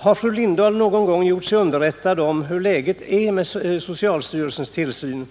Har fru Lindahl någon gång gjort sig underrättad om hur läget är när det gäller socialstyrelsens tillsyn?